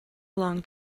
long